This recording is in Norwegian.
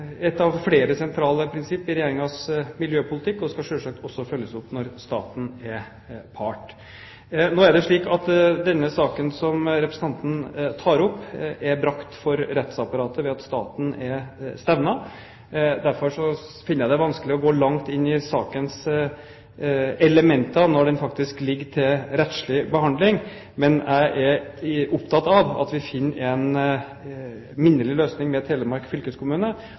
av flere sentrale prinsipp i Regjeringens miljøpolitikk, og det skal selvsagt også følges opp når staten er part. Denne saken som representanten tar opp, er brakt inn for rettsapparatet ved at staten er stevnet. Jeg finner det vanskelig å gå langt inn i sakens elementer når saken faktisk ligger til rettslig behandling. Men jeg er opptatt av at vi finner en minnelig løsning med Telemark fylkeskommune,